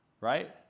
right